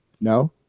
No